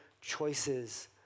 choices